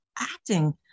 acting